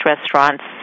restaurants